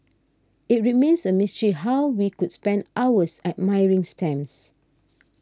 it remains a mystery how we could spend hours admiring stamps